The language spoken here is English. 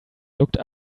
looked